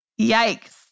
Yikes